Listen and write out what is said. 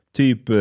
typ